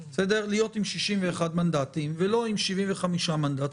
להיות עם 61 מנדטים ולא עם 75 מנדטים,